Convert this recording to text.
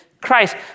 Christ